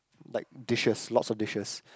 like dishes lots of dishes